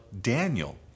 Daniel